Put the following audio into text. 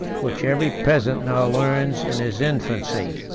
which every peasant now learns in his infancy.